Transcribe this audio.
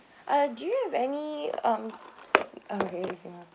uh do you have any um okay ya